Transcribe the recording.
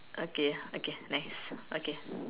okay okay nice okay